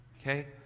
Okay